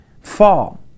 fall